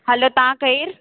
hello तव्हां केरु